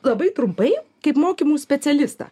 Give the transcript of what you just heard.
labai trumpai kaip mokymų specialistą